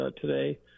today